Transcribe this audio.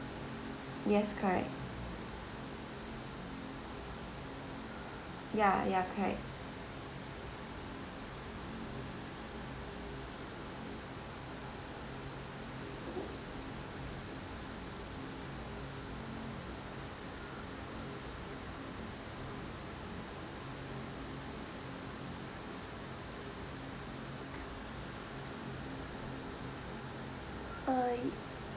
yes correct yeah yeah correct uh